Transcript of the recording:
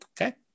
Okay